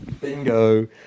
Bingo